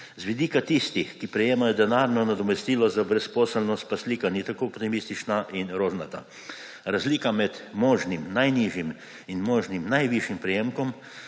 Z vidika tistih, ki prejemajo denarno nadomestilo za brezposelnost, pa slika ni tako optimistična in rožnata. Razlika med možnim najnižjim in možnim najvišjim prejemkom,